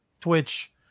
Twitch